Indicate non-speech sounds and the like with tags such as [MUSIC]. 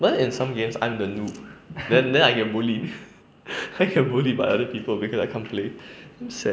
but then in some games I'm the noob then then I get bullied [LAUGHS] then I get bullied by other people because I can't play so sad